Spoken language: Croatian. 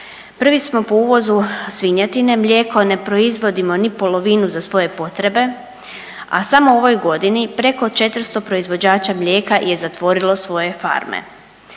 Prvi smo po uvozu svinjetine, mlijeko ne proizvodimo ni polovinu za svoje potrebe, a samo u ovoj godini preko 400 proizvođača mlijeka je zatvorilo svoje farme.